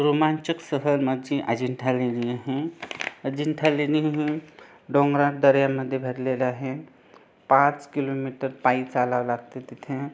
रोमांचक सहल माझी अजिंठा लेणी आहे अजिंठा लेणी ही डोंगरदऱ्यांमध्ये भरलेलं आहे पाच किलोमीटर पायी चालावं लागतं तिथे